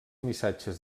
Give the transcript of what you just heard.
missatges